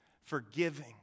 forgiving